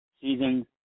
season